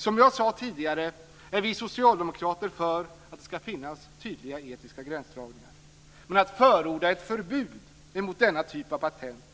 Som jag sade tidigare är vi socialdemokrater för att det ska finnas tydliga etiska gränsdragningar, men att förorda ett förbud emot denna typ av patent